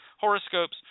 horoscopes